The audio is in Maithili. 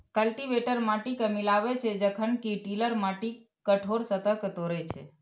कल्टीवेटर माटि कें मिलाबै छै, जखन कि टिलर माटिक कठोर सतह कें तोड़ै छै